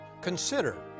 Consider